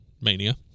Mania